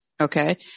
okay